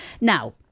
Now